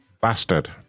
Bastard